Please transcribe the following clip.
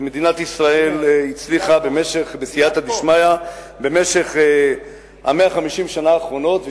ומדינת ישראל הצליחה בסייעתא דשמיא במשך 150 השנה האחרונות,